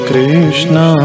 Krishna